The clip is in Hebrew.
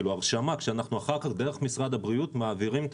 כאשר אחר כך דרך משרד הבריאות אנחנו מעבירים את